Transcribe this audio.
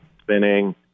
spinning